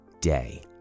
day